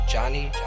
Johnny